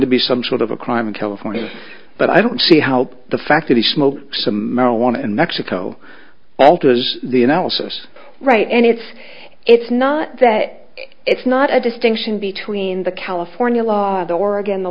to be some sort of a crime in california but i don't see how the fact that he smoked some marijuana in mexico alters the analysis right and it's it's not that it's not a distinction between the california law the oregon the